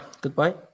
goodbye